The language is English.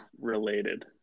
related